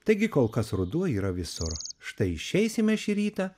taigi kol kas ruduo yra visur štai išeisime šį rytą